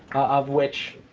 of which